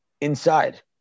inside